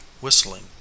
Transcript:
whistling